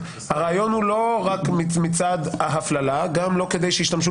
הרעיון הוא לא רק מצד ההפללה אלא גם לא כדי שישתמשו